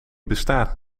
bestaat